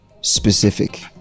specific